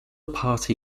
party